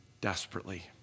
desperately